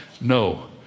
No